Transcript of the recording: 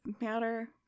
matter